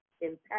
impact